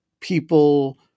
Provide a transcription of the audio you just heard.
people